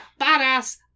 badass